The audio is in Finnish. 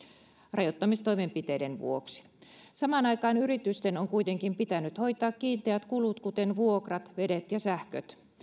rajoittamistoimenpiteiden vuoksi samaan aikaan yritysten on kuitenkin pitänyt hoitaa kiinteät kulut kuten vuokrat vedet ja sähköt